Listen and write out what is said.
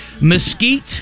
Mesquite